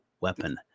weapon